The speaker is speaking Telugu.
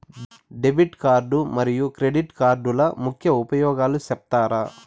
డెబిట్ కార్డు మరియు క్రెడిట్ కార్డుల ముఖ్య ఉపయోగాలు సెప్తారా?